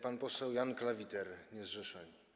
Pan poseł Jan Klawiter, niezrzeszony.